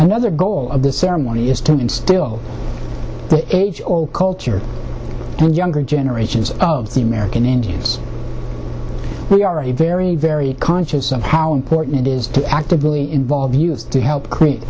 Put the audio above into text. another goal of this ceremony is to instill the age old culture and younger generations of the american indians we are a very very conscious of how important it is to actively involve us to help create